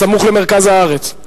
הסמוך למרכז הארץ.